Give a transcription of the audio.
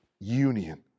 union